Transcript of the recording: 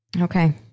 Okay